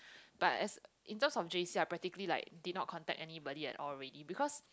but as in terms of J_C I practically like did not contact anybody at all already because